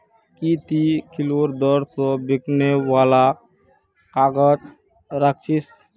की ती किलोर दर स बिकने वालक काग़ज़ राख छि